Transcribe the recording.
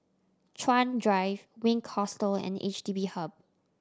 Chuan Drive Wink Hostel and H D B Hub